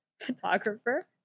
photographer